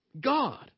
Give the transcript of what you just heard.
God